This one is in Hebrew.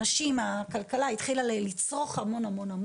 הכלכלה התחילה לצרוך המון המון,